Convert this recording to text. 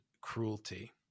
cruelty